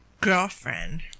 girlfriend